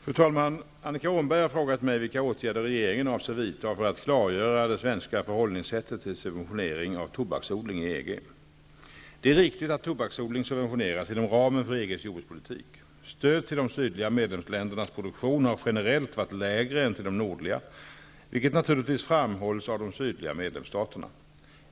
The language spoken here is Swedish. Fru talman! Annika Åhnberg har frågat mig vilka åtgärder regeringen avser att vidta för att klargöra det svenska förhållningssättet till subventioner av tobaksodling inom EG. Det är riktigt att tobaksodling subventioneras inom ramen för EG:s jordbrukspolitik. Stöd till de sydliga medlemsländernas produktion hr generellt varit lägre än till de nordliga, vilket naturligvis framhålls av de sydliga medlemsstaterna.